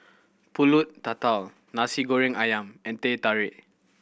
Pulut Tatal Nasi Goreng Ayam and Teh Tarik